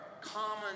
common